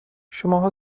شماها